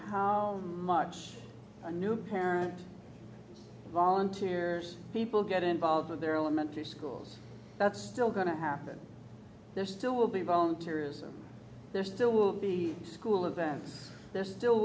how much a new parent volunteers people get involved with their elementary schools that's still going to happen there still will be volunteers there still will be school events there still